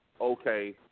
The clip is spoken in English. okay